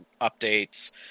updates